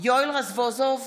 יואל רזבוזוב,